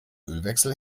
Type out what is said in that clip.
ölwechsel